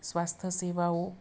સ્વાસ્થ્ય સેવાઓ